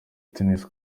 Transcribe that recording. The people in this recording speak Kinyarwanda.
tennis